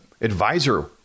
advisor